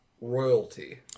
royalty